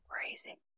crazy